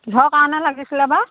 কিহৰ কাৰণে লাগিছিলে বা